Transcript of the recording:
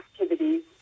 activities